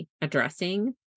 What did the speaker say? addressing